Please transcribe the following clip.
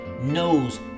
knows